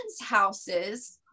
houses